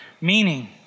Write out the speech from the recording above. meaning